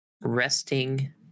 resting